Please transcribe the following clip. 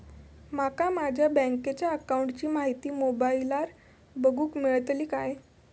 माका माझ्या बँकेच्या अकाऊंटची माहिती मोबाईलार बगुक मेळतली काय?